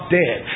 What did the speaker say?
dead